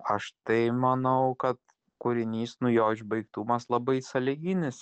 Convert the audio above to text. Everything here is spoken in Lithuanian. aš tai manau kad kūrinys nu jo išbaigtumas labai sąlyginis